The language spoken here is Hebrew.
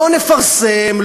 לא נפרסם,